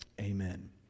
amen